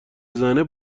زنه